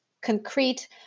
concrete